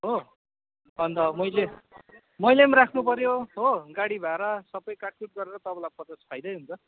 हो अन्त मैले मैले पनि राख्नुपऱ्यो हो गाडी भाडा सबै काटकुट गरेर तपाईँलाई पचास फाइदै हुन्छ